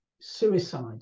suicide